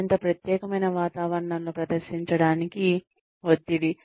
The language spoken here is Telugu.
అత్యంత ప్రత్యేకమైన వాతావరణంలో ప్రదర్శించడానికి ఒత్తిడి